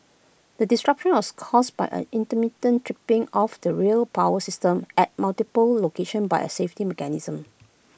the disruption was caused by A intermittent tripping of the rail power system at multiple location by A safety mechanism